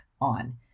on